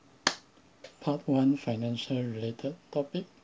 part one financial related topic